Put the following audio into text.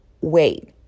Wait